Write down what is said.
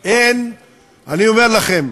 אני אומר לכם,